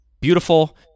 beautiful